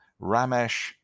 Ramesh